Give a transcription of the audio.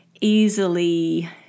easily